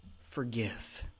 Forgive